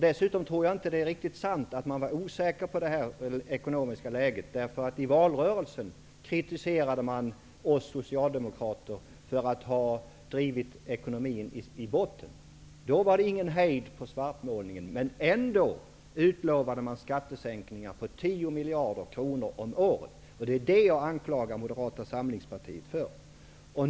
Dessutom tror jag inte att det är riktigt sant att man var osäker på det ekonomiska läget. Moderaterna kritiserade i valrörelsen oss socialdemokrater för att ha drivit ekonomin i botten. Då var det ingen hejd på svartmålningen. Men ändå utlovades skattesänkningar på 10 miljarder kronor om året. Det är det jag anklagar Moderata samlingspartiet för.